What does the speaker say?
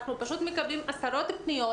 אנחנו פשוט מקבלים עשרות פניות,